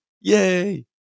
Yay